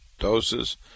doses